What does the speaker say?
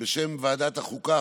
בשם ועדת החוקה,